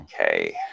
okay